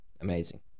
Amazing